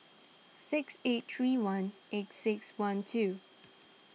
six eight three one eight six one two